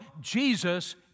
Jesus